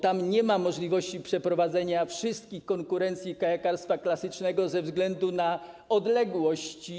Tam nie ma możliwości przeprowadzenia wszystkich konkurencji kajakarstwa klasycznego ze względu na odległości.